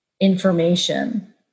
information